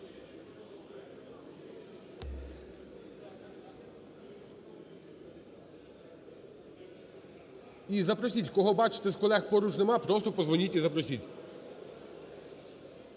І запросіть, кого бачите з колег поруч нема, просто подзвоніть і запросіть.